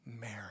Mary